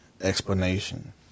explanation